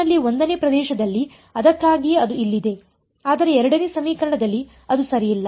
ನಲ್ಲಿ 1 ನೇ ಪ್ರದೇಶದಲ್ಲಿ ಅದಕ್ಕಾಗಿಯೇ ಅದು ಇಲ್ಲಿದೆ ಆದರೆ 2 ನೇ ಸಮೀಕರಣದಲ್ಲಿ ಅದು ಸರಿಯಿಲ್ಲ